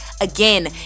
Again